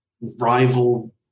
rival